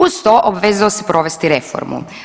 Uz to, obvezao se provesti reformu.